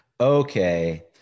Okay